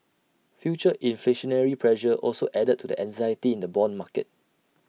future inflationary pressure also added to the anxiety in the Bond market